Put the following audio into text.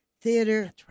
theater